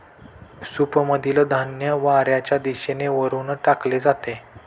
सूपमधील धान्य वाऱ्याच्या दिशेने वरून टाकले जाते